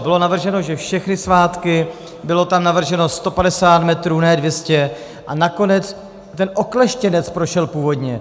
Bylo navrženo, že všechny svátky, bylo tam navrženo 150 metrů, ne 200, a nakonec ten okleštěnec prošel původně.